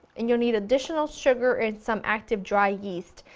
and you'll need additional sugar and some active dry yeast.